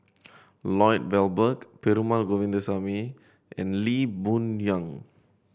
Lloyd Valberg Perumal Govindaswamy and Lee Boon Yang